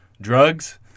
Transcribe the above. drugs